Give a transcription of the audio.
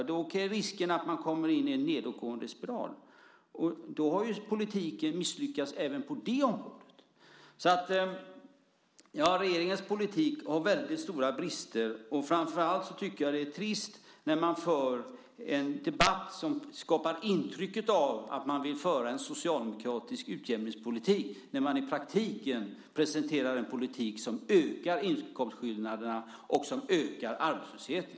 Då är risken att man kommer in i en nedåtgående spiral. Då har politiken misslyckats även på det området. Regeringens politik har väldigt stora brister. Det är framför allt trist att man för en debatt som skapar intrycket att man vill föra en socialdemokratisk utjämningspolitik, när man i praktiken presenterar en politik som ökar inkomstskillnaderna och ökar arbetslösheten.